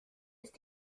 ist